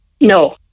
no